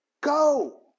Go